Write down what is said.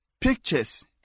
pictures